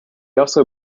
also